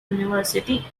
university